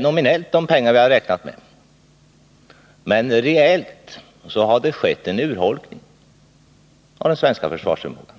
nominellt fått de pengar som man räknat med, men reellt har det skett en urholkning av den svenska försvarsfrågan.